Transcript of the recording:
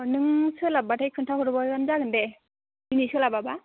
औ नों सोलाब्बाथाय खोन्था हरबानो जागोन दे दिनै सोलाबाबा